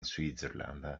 switzerland